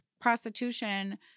prostitution